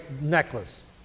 necklace